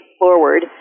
forward